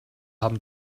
haben